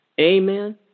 amen